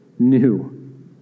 new